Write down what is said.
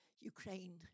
Ukraine